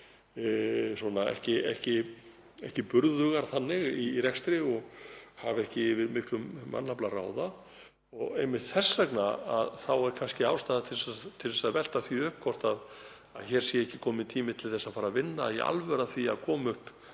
ekki burðugar þannig í rekstri og hafa ekki yfir miklum mannafla að ráða. Einmitt þess vegna er kannski ástæða til að velta því upp hvort hér sé ekki kominn tími til að fara að vinna í alvöru að því að koma upp